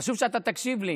חשוב שאתה תקשיב לי.